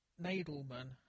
Nadelman